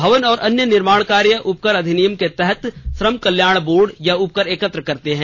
भवन और अन्य निर्माण कार्य उपकार अधिनियम के तहत श्रम कल्याण बोर्ड यह उपकर एकत्र करते है